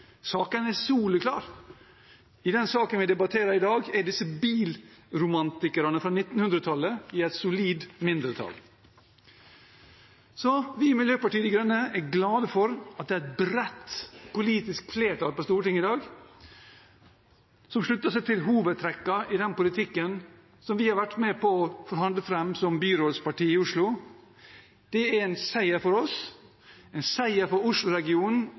Saken er avgjort. Saken er soleklar. I saken vi debatterer i dag, er disse bilromantikerne fra 1900-tallet i solid mindretall. Vi i Miljøpartiet De Grønne er glade for at det er et bredt politisk flertall på Stortinget i dag som slutter seg til hovedtrekkene i den politikken vi har vært med på å forhandle fram som byrådsparti i Oslo. Det er en seier for oss, en seier for